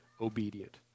obedient